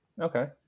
okay